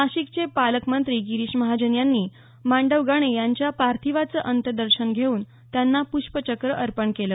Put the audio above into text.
नाशिकचे पालकमंत्री गिरीश महाजन यांनी मांडवगणे यांच्या पार्थिवाचं अंत्यदर्शन घेऊन त्यांना प्ष्पचक्र अर्पण केलं